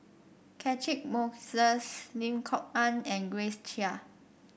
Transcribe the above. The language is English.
Catchick Moses Lim Kok Ann and Grace Chia